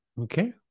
Okay